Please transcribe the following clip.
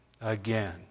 Again